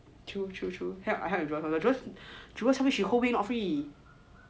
true true true jewels tell me she whole week not free